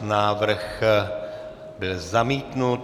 Návrh byl zamítnut.